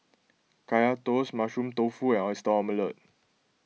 Kaya Toast Mushroom Tofu and Oyster Omelette